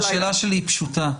השאלה שלי היא פשוטה.